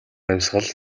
амьсгал